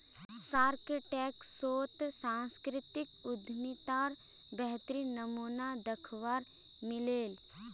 Shark Tank शोत सांस्कृतिक उद्यमितार बेहतरीन नमूना दखवा मिल ले